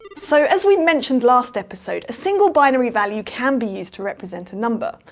so, as we mentioned last episode, a single binary value can be used to represent a number.